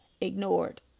ignored